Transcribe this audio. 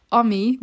ami